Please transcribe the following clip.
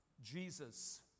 Jesus